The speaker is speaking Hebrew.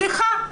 סליחה,